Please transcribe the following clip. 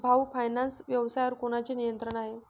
भाऊ फायनान्स व्यवसायावर कोणाचे नियंत्रण आहे?